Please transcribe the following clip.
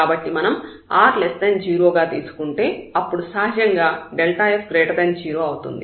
కాబట్టి మనం r0 గా తీసుకుంటే అప్పుడు సహజంగా f0 అవుతుంది